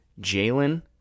Jalen